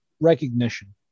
recognition